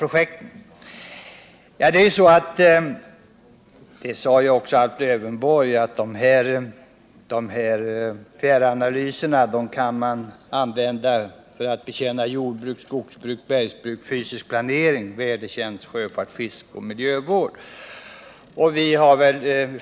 Alf Lövenborg konstaterade ju också att fjärranalyserna kan användas för att betjäna t.ex. jordbruk, skogsbruk, bergsbruk, fysisk planering, vädertjänst, sjöfart, fiske och miljövård.